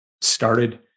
started